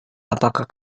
apakah